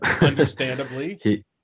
Understandably